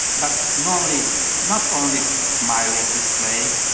but not only not only smiling this way,